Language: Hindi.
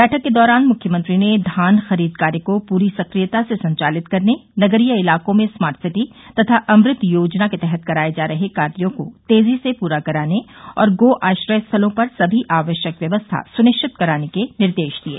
बैठक के दौरान मृख्यमंत्री ने धान खरीद कार्य को पूरी सक्रियता से संचालित करने नगरीय इलाकों में स्मार्ट सिटी तथा अमृत योजना के तहत कराये जा रहे कार्यो को तेजी से पूरा कराने और गो आश्रय स्थलों पर समी आवश्यक व्यवस्था स्निश्चित कराने के निर्देश दिये